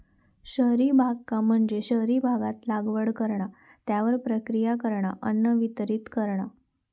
शहरी बागकाम म्हणजे शहरी भागात लागवड करणा, त्यावर प्रक्रिया करणा, अन्न वितरीत करणा